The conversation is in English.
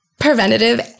preventative